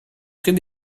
très